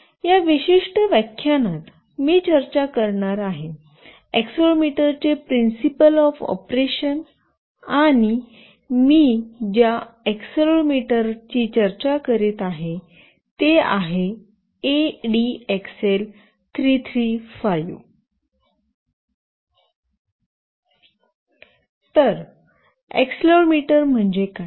या विशिष्ट व्याख्यानात मी चर्चा करणार आहे एक्सेलेरोमीटर चे प्रिंसिपल ऑफ ऑपरेशन आणि मी ज्या एक्सेलेरोमीटरची चर्चा करीत आहे ते आहे ADXL 335 तर एक्सेलेरोमीटर म्हणजे काय